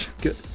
Good